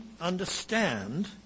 understand